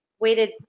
weighted